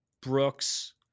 Brooks